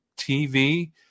TV